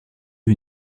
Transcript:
une